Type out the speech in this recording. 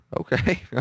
Okay